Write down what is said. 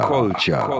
Culture